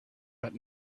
but